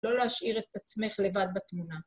לא להשאיר את עצמך לבד בתמונה.